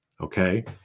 okay